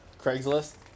Craigslist